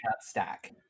stack